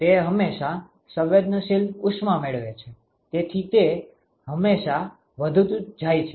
તે હંમેશાં સંવેદનશીલ ઉષ્મા મેળવે છે તેથી તે હમેશા વધતું જ જાય છે